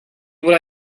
what